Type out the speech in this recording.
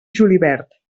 julivert